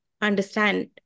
understand